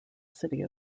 city